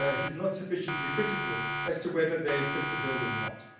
ah he's not sufficiently critical as to whether they fit the bill or not.